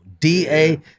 D-A